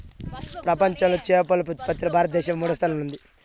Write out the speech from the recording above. ప్రపంచంలో చేపల ఉత్పత్తిలో భారతదేశం మూడవ స్థానంలో ఉంది